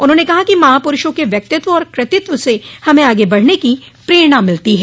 उन्होंने कहा कि महापुरूषों के व्यक्तित्व और कृतित्व से हमें आगे बढ़ने की प्रेरणा मिलती है